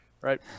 right